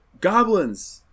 goblins